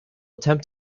attempt